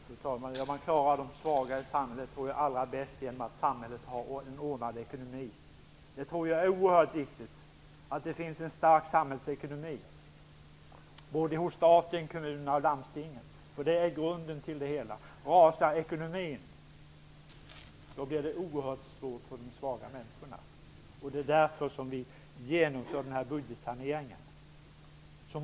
Fru talman! Jag tror att man klarar de svaga i samhället allra bäst genom att samhället har en ordnad ekonomi. Det är oerhört viktigt att det finns en stark samhällsekonomi - hos staten, kommunerna och landstingen. Det är grunden till det hela. Rasar ekonomin så blir det oerhört svårt för de svaga människorna. Det är därför vi genomför den här budgetsaneringen.